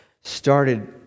started